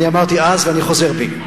אני אמרתי אז, ואני חוזר בי.